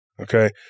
okay